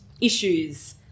issues